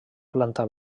planta